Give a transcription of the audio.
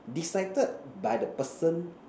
decided by the person